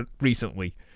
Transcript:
recently